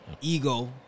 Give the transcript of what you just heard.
Ego